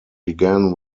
began